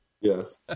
Yes